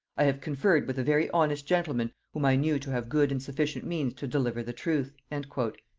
i have conferred with a very honest gentleman whom i knew to have good and sufficient means to deliver the truth. and